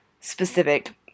specific